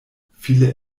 viele